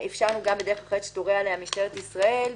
אפשרנו גם בדרך אחרת שתורה עליה משטרת ישראל,